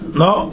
no